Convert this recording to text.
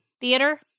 theater